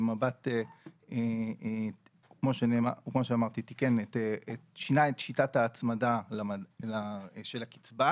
כמו שאמרתי, שינה את שיטת ההצמדה של הקצבה.